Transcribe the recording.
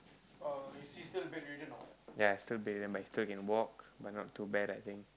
ya still bedridden but he still can walk but not too bad I think